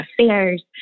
affairs